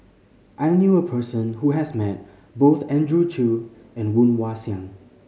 I knew a person who has met both Andrew Chew and Woon Wah Siang